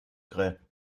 grell